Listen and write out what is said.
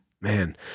Man